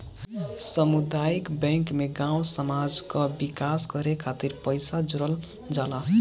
सामुदायिक बैंक में गांव समाज कअ विकास करे खातिर पईसा जोड़ल जाला